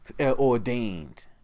ordained